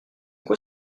quoi